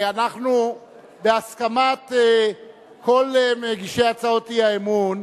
אנחנו, בהסכמת כל מגישי הצעות האי-אמון,